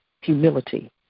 humility